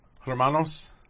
Hermanos